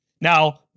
Now